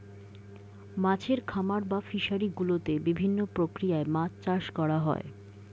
মাছের খামার বা ফিশারি গুলোতে বিভিন্ন প্রক্রিয়ায় মাছ চাষ করা হয়